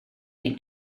been